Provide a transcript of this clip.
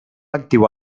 actiu